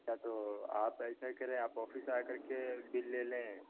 یا تو آپ ایسا کریں آپ آفس آ کر کے بل لے لیں